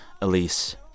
Elise